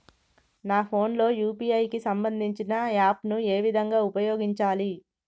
నా ఫోన్ లో యూ.పీ.ఐ కి సంబందించిన యాప్ ను ఏ విధంగా ఉపయోగించాలి?